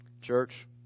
church